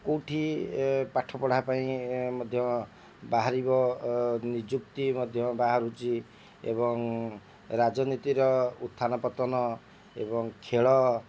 କେଁଉଠି ପାଠ ପଢ଼ା ପାଇଁ ମଧ୍ୟ ବାହାରିବ ନିଯୁକ୍ତି ମଧ୍ୟ ବାହାରୁଛି ଏବଂ ରାଜନୀତିର ଉତ୍ଥାନ ପତନ ଏବଂ ଖେଳ